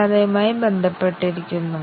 അതിനാൽ നമുക്ക് ഈ പ്രോഗ്രാം നോക്കാം